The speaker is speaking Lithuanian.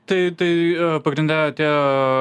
tai tai pagrinde tie